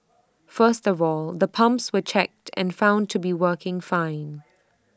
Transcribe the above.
first of all the pumps were checked and found to be working fine